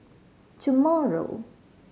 tomorrow